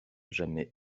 jamais